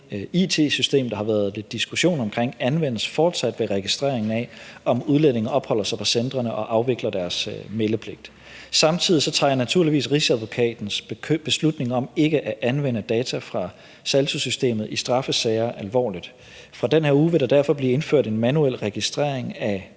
it-system, der har været diskussion om, anvendes fortsat ved registreringen af, om udlændinge opholder sig på centrene og afvikler deres meldepligt. Samtidig tager jeg naturligvis Rigsadvokatens beslutning om ikke at anvende data fra SALTO-systemet i straffesager alvorligt. Fra den her uge vil der derfor blive indført en manuel registrering af